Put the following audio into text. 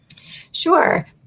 Sure